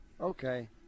Okay